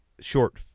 short